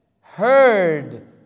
heard